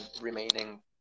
remaining